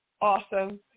Awesome